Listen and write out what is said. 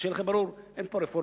שיהיה לכם ברור, אין פה רפורמה.